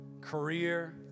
career